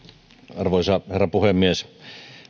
arvoisa herra puhemies